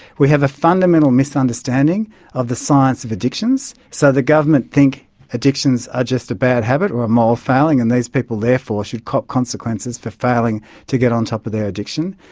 we have a fundamental misunderstanding of the science of addictions, so the government think addictions are just a bad habit or a moral failing and these people therefore should cop consequences for failing to get on top of their addiction.